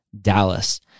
Dallas